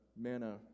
manna